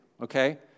okay